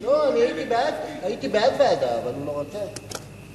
לא, אני הייתי בעד ועדה, אבל הוא לא רצה את זה.